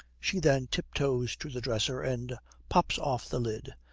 she then tiptoes to the dresser and pops off the lid,